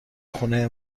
خونه